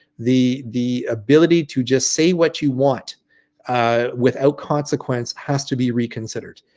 the the ability to just say what you want without consequence has to be reconsidered,